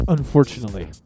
Unfortunately